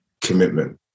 commitment